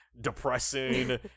depressing